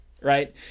right